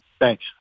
Thanks